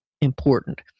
important